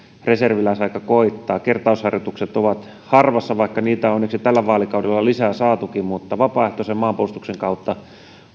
reserviläisaika koittaa kertausharjoitukset ovat harvassa vaikka niitä on onneksi tällä vaalikaudella lisää saatukin vapaaehtoisen maanpuolustuksen kautta